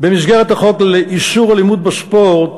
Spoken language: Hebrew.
במסגרת החוק לאיסור אלימות בספורט,